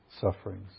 sufferings